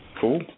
Cool